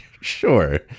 sure